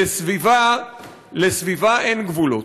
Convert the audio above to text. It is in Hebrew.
שלסביבה אין גבולות.